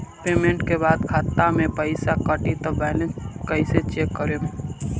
Payment के बाद खाता मे से पैसा कटी त बैलेंस कैसे चेक करेम?